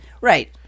Right